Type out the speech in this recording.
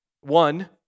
One